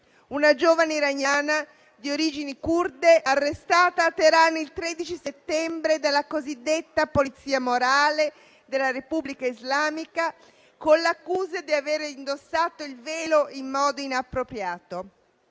una giovane iraniana di origini curde, arrestata a Teheran il 13 settembre dalla cosiddetta polizia morale della Repubblica islamica, con l'accusa di aver indossato il velo in modo inappropriato.